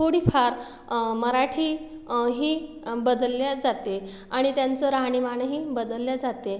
थोडीफार मराठी ही बदलले जाते आणि त्यांचं राहणीमानही बदलले जाते